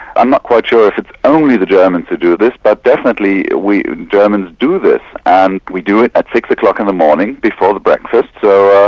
i'm not quite sure if it's only the germans who do this, but definitely we germans do this, and we do it at six o'clock in the morning, before the breakfast, so um